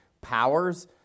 powers